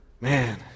Man